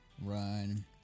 run